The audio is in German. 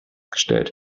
gestellt